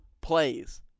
plays